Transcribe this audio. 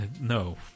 No